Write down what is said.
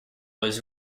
was